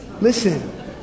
Listen